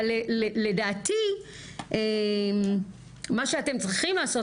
אבל לדעתי מה שאתם צריכים לעשות,